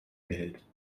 behält